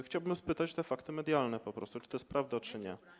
Chciałbym spytać o te fakty medialne po prostu, czy to jest prawda, czy nie.